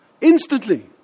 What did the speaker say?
Instantly